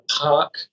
park